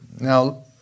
Now